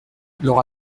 l’aura